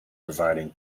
providing